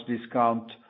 discount